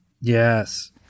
Yes